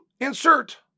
Insert